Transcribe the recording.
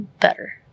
better